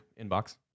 inbox